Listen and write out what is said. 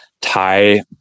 tie